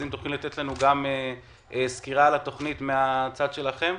אז תוכלי לתת לנו סקירה על התוכנית מהצד שלכם?